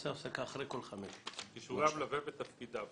5.כישורי המלווה ותפקידיו